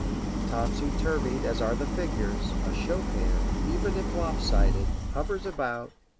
topsy-turvied as are the figures, a chopin, even if lop-sided, hovers about,